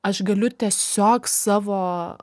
aš galiu tiesiog savo